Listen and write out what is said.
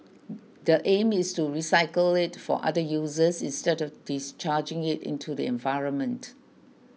the aim is to recycle it for other uses instead of discharging it into the environment